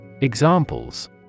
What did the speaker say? Examples